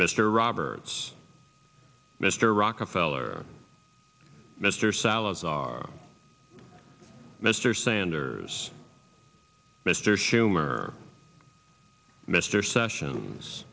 mr roberts mr rockefeller mr salazar mr sanders mr schumer mr session